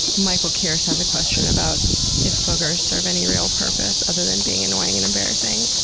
michael kierce has a question about if boogers serve any real purpose other than being annoying and embarrassing?